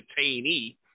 detainee